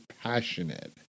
passionate